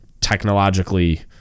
technologically